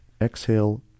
exhale